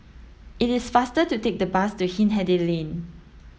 it is faster to take the bus to Hindhede Lane